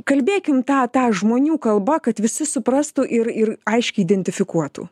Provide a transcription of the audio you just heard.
kalbėkim ta ta žmonių kalba kad visi suprastų ir ir aiškiai identifikuotų